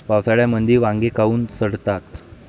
पावसाळ्यामंदी वांगे काऊन सडतात?